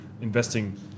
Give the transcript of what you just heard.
investing